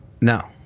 No